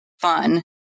fun